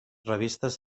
revistes